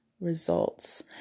results